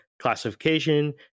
classification